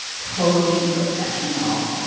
totally professional.